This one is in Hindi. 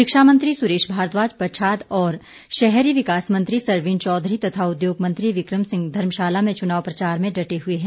शिक्षा मंत्री सुरेश भारद्वाज पच्छाद और शहरी विकास मंत्री सरवीण चौधरी तथा उद्योग मंत्री विकम सिंह धर्मशाला में चुनाव प्रचार में डटे हुए हैं